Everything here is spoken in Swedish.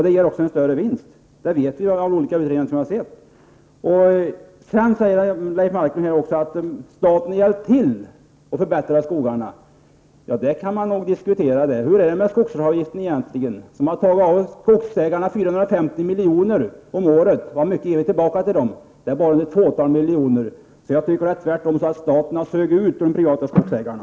De ger större vinst. Det vet vi som har sett. Sedan säger Leif Marklund att staten har hjälpt till att förbättra skogarna. Det kan man nog diskutera. Hur är det med skogsavgifterna egentligen? 450 miljoner tas av skogsägarna om året. Hur mycket av dessa miljoner har vi gett tillbaka? Det är bara ett fåtal miljoner. Jag tycker tvärtom att staten har sugit ut de privata skogsägarna.